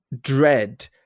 dread